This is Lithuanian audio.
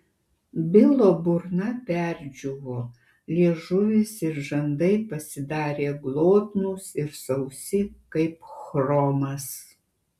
bilo burna perdžiūvo liežuvis ir žandai pasidarė glotnūs ir sausi kaip chromas